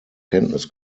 kenntnis